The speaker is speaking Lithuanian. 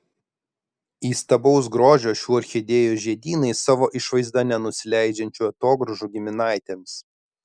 įstabaus grožio šių orchidėjų žiedynai savo išvaizda nenusileidžiančių atogrąžų giminaitėms